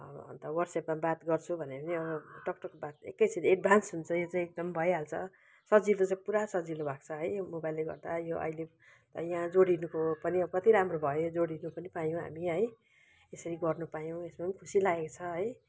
अन्त वाट्सएपमा बात गर्छु भनेर पनि अब टक टक बात एकैछिन एडभान्स हुन्छ यो चाहिँ एकदम भइहाल्छ सजिलो चाहिँ पुरा सजिलो भएको छ है यो मोबाइलले गर्दा यो अहिले यहाँ जोडिनुको पनि अब कति राम्रो भयो जोडिनु पनि पायौँ हामी है यसरी गर्नुपायौँ यसमा पनि खुसी लागेको छ है